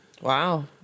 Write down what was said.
Wow